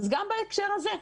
אז גם בהקשר הזה,